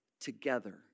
together